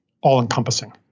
all-encompassing